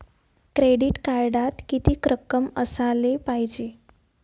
Credit कार्डात कितीक रक्कम असाले पायजे?